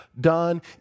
done